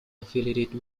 affiliated